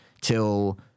till